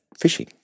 fishing